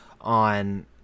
on